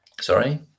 Sorry